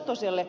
satoselle